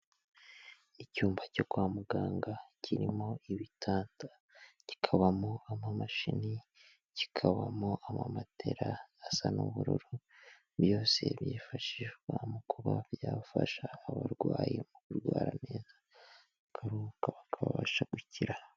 Icyumba cyo kwa muganga kirimo ibitanda, kikabamo amamashini, kikabamo amamatera asa n'ubururu, byose byifashishwa mu kuba byafasha abarwayi mu kurwara neza bakaruhuka bakabasha gukira.